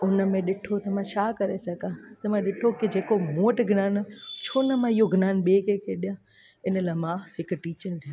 उन में ॾिठो त मां छा करे सघां त मां ॾिठो की जेको मूं वटि ज्ञान आहे छो न मां इहो ज्ञान ॿिए कंहिंखें ॾियां इन लाइ मां हिकु टीचर थियां